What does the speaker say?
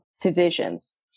divisions